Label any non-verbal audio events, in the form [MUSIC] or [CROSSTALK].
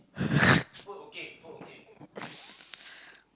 [LAUGHS]